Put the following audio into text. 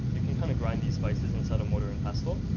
you can kind of grind these spices inside a mortar and pestle,